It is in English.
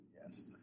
Yes